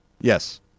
Yes